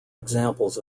examples